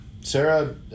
Sarah